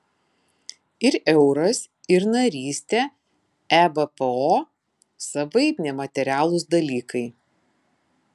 ir euras ir narystė ebpo savaip nematerialūs dalykai